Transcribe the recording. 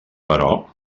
però